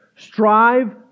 Strive